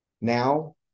Now